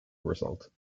result